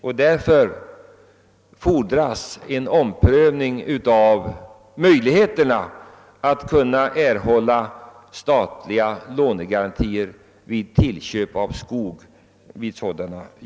Det fordras därför en omprövning av möjligheterna att erhålla statliga lånegarantier vid tillköp av skog till jordbruk.